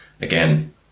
Again